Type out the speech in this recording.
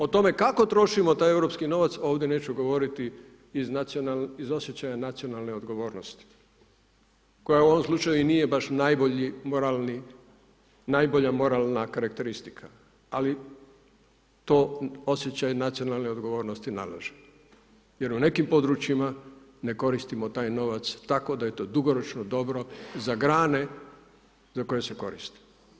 O tome kako trošimo taj europski novac ovdje neću govoriti iz osjećaja nacionalne odgovornosti koja u ovom slučaju i nije baš najbolji, moralni, najbolja moralna karakteristika ali to osjećaj nacionalne odgovornosti nalaže jer u nekim područjima ne koristimo taj novac tako da je to dugoročno dobro za grane za koje se koristi.